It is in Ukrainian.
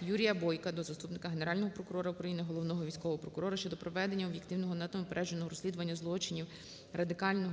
Юрія Бойка до заступника Генерального прокурора України - Головного військового прокурора щодо проведення об'єктивного та неупередженого розслідування злочинів радикально